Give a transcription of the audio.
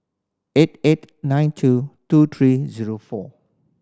eight eight nine two two three zero four